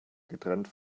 getrennt